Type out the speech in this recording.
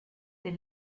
del